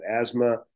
asthma